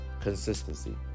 Consistency